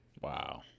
Wow